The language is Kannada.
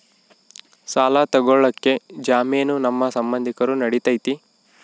ಸಾಲ ತೊಗೋಳಕ್ಕೆ ಜಾಮೇನು ನಮ್ಮ ಸಂಬಂಧಿಕರು ನಡಿತೈತಿ?